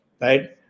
Right